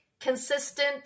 consistent